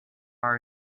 are